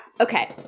okay